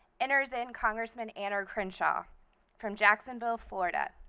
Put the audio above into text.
enters in congressman ander crenshaw from jacksonville, florida.